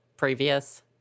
previous